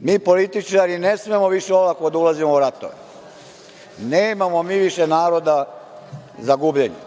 mi političari ne smemo više olako da ulazimo u ratove, nemamo mi više naroda za gubljenje,